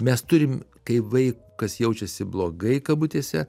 mes turim kaip vaikas jaučiasi blogai kabutėse